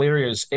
Areas